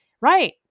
Right